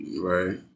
Right